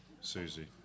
Susie